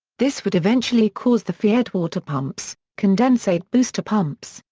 this would eventually cause the feedwater pumps, condensate booster pumps,